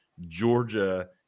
Georgia